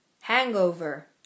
Hangover